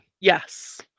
Yes